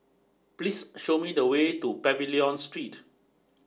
please show me the way to Pavilion Street